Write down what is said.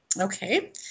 Okay